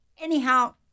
anyhow